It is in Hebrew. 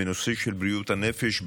בנושא של בריאות הנפש,